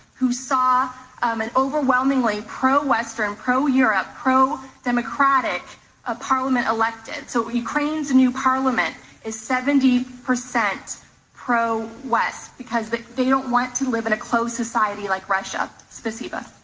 who saw um an overwhelmingly pro-western, pro-europe, pro-democratic, ah parliament elected. so ukraine's new parliament is seventy percent pro-west, because they they don't want to live in a closed society like russia. spasiba.